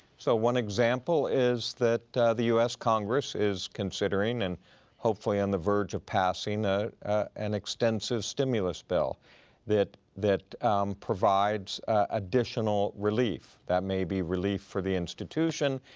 so one example is that the us congress is considering and hopefully on the verge of passing an extensive stimulus bill that that provides additional relief. that may be relief for the institution.